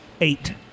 eight